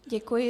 Děkuji.